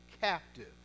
captive